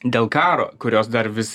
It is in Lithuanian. dėl karo kurios dar vis